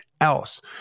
else